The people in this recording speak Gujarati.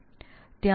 આમ તેઓ ખુબ ભિન્ન છે